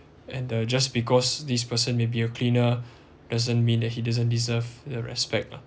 and the just because this person may be a cleaner doesn't mean that he doesn't deserve the respect lah